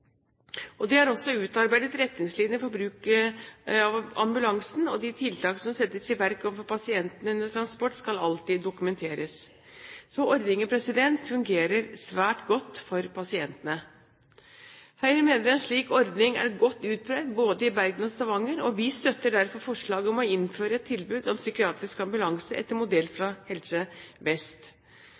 spesialutstyr. Det er også utarbeidet retningslinjer for bruk av ambulansen, og de tiltak som settes i verk overfor pasientene under transport, skal alltid dokumenteres. Ordningen fungerer svært godt for pasientene. Høyre mener en slik ordning er godt utprøvd både i Bergen og Stavanger, og vi støtter derfor forslaget om å innføre et tilbud om psykiatrisk ambulanse etter modell fra Helse Vest,